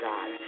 God